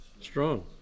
strong